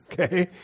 okay